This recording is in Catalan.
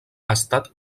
estat